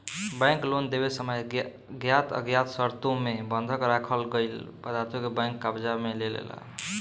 bank loan देवे समय ज्ञात अज्ञात शर्तों मे बंधक राखल गईल पदार्थों के बैंक कब्जा में लेलेला